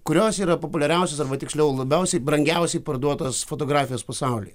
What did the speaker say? kurios yra populiariausios arba tiksliau labiausiai brangiausiai parduotos fotografijos pasaulyje